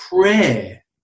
prayer